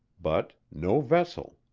but no vessel.